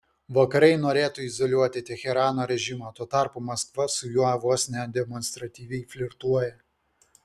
vakarai norėtų izoliuoti teherano režimą tuo tarpu maskva su juo vos ne demonstratyviai flirtuoja